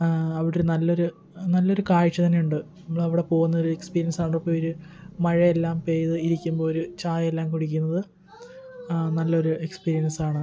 അവിടെ നല്ലൊരു നല്ലൊരു കാഴ്ച്ച തന്നെയുണ്ട് നമ്മള് അവിടെ പോവുന്നൊര് എക്സ്പിരിയൻസ് മഴയെല്ലാം പെയ്ത് ഇരിക്കുമ്പോൾ ഒരു ചായയെല്ലാം കുടിക്കുന്നത് നല്ലൊരു എക്സ്പീരിയൻസാണ്